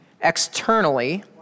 externally